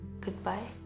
goodbye